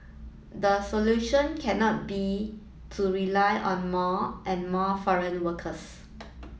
the solution cannot be to rely on more and more foreign workers